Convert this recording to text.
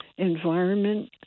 Environment